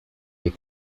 les